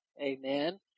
amen